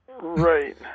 right